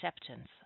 acceptance